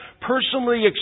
personally